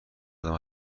ادم